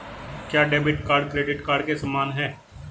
क्या debit card credit card के समान है?